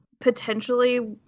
potentially